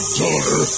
daughter